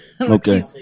Okay